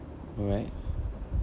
alright